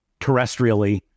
terrestrially